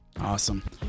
Awesome